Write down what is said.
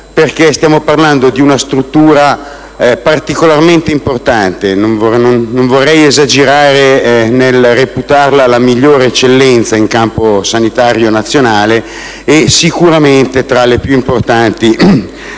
stiamo parlando di una struttura particolarmente importante. Non vorrei esagerare nel reputarla infatti la migliore eccellenza sanitaria nazionale e tra le più importanti